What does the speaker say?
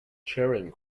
charing